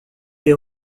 est